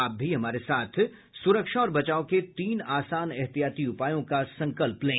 आप भी हमारे साथ सुरक्षा और बचाव के तीन आसान एहतियाती उपायों का संकल्प लें